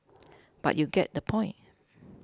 but you get the point